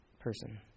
person